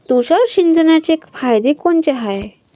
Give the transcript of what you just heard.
तुषार सिंचनाचे फायदे कोनचे हाये?